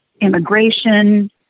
immigration